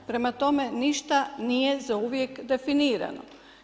Prema tome, ništa nije zauvijek definirano.